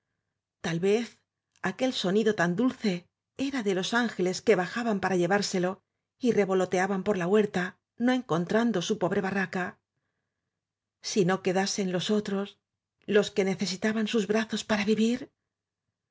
tal vez aquel sonido tan dulce era de los ángeles que baja ban para llevárselo y revoloteaban por la huer ta no encontrando su pobre barraca si no quedasen los otros los que necesitaban sus brazos para vivir